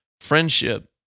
friendship